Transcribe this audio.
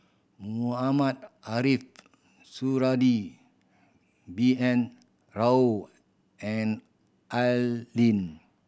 Mohamed Ariff Suradi B N Rao and Al Lim